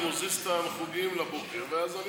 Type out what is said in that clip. אני מזיז את המחוגים לבוקר ואז אני